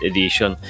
Edition